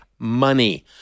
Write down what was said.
money